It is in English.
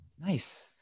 Nice